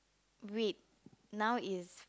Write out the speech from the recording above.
wait now is